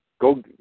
Go